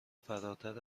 فراتر